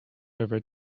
over